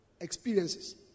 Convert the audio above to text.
experiences